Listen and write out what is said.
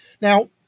Now